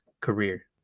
career